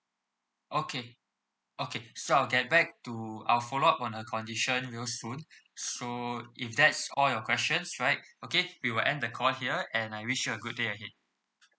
okay okay so I'll get back to I'll follow up on her condition real soon so if that is all your questions right okay we will end the call here and I wish you a good day ahead